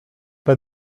pas